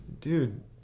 dude